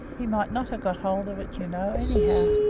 he might not have got hold of it, you know, anyhow.